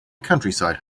countryside